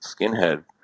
skinhead